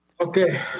Okay